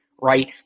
Right